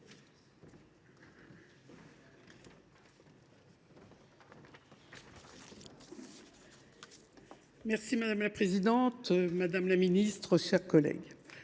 Monge. Madame la présidente, madame la ministre, chers collègues,